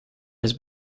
has